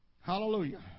Hallelujah